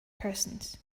persons